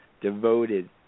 devoted